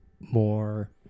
more